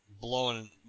blowing